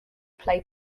play